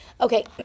Okay